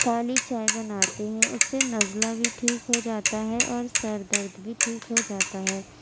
کالی چائے بناتی ہوں تو اس سے نزلہ بھی ٹھیک ہو جاتا ہے اور سر درد بھی ٹھیک ہو جاتا ہے